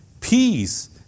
peace